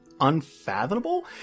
Unfathomable